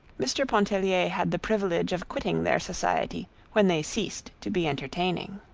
mr. pontellier had the privilege of quitting their society when they ceased to be entertaining.